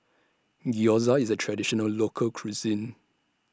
Gyoza IS A Traditional Local Cuisine